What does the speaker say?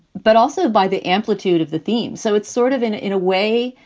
but also by the amplitude of the theme. so it's sort of in in a way,